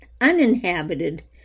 Uninhabited